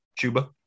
Chuba